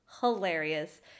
hilarious